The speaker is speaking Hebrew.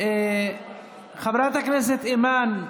חברת הכנסת אימאן,